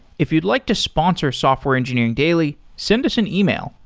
if you'd like to sponsor software engineering daily, send us an email,